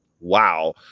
wow